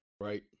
right